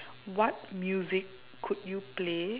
what music could you play